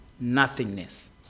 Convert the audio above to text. nothingness